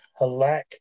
Halak